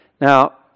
Now